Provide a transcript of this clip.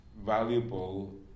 valuable